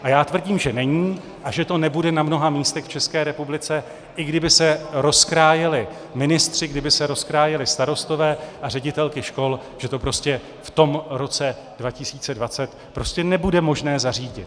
A já tvrdím, že není a že to nebude na mnoha místech v České republice, i kdyby se rozkrájeli ministři, kdyby se rozkrájeli starostové a ředitelky škol, že to prostě v tom roce 2020 nebude možné zařídit.